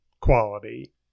quality